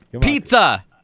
Pizza